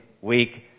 week